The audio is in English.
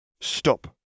Stop